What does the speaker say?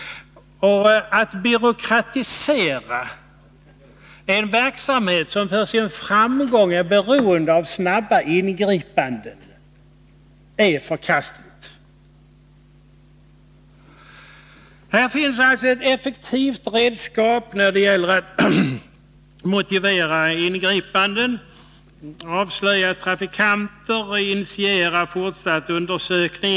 Att byråkratisera en verksamhet som för sin framgång är beroende av snabba ingripanden är förkastligt. Här finns alltså ett effektivt redskap när det gäller att motivera ingripanden, avslöja trafikanter och initiera fortsatt undersökning.